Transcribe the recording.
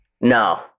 No